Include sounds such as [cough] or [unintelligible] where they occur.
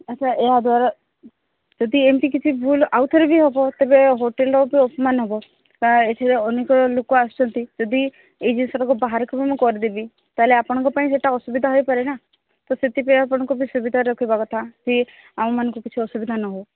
ଆଚ୍ଛା ଏହାଦ୍ୱାରା ଯଦି ଏମିତି କିଛି ଭୁଲ ଆଉଥରେ ବି ହବ ତେବେ ହୋଟେଲ୍ର ବି ଅପମାନ ହବ [unintelligible] ଏଥିରେ ଅନେକ ଲୋକ ଆସୁଛନ୍ତି ଯଦି ଏଇ ଜିନିଷଟାକୁ ବାହାରକୁ ବି ମୁଁ କରିଦେବି ତାହେଲେ ଆପଣଙ୍କ ପାଇଁ ସେଇଟା ଅସୁବିଧା ହେଇପାରେ ନା ତ ସେଥିପାଇଁ ଆପଣଙ୍କୁ ବି ସୁବିଧା ରଖିବା କଥା କି ଆମମାନଙ୍କୁ କିଛି ଅସୁବିଧା ନ ହଉ